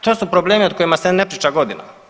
To su problemi o kojima se ne priča godinama.